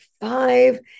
five